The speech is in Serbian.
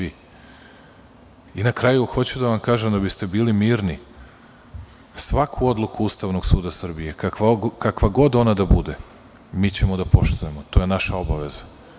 I na kraju, hoću da vam kažem, da biste bili mirni, svaku odluku Ustavnog suda Srbije, kakva god ona da bude, mi ćemo da poštujemo, to je naša obaveza.